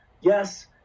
Yes